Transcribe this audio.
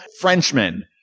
Frenchman